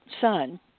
son